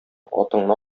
атыңны